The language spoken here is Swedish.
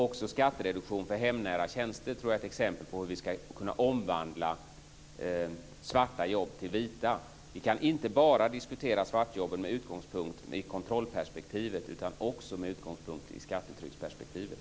Också skattereduktion för hemnära tjänster tror jag är ett exempel på hur vi skulle kunna omvandla svarta jobb till vita. Vi kan inte bara diskutera svartjobben med utgångspunkt i kontrollperspektivet, utan också med utgångspunkt i skattetrycksperspektivet.